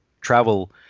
travel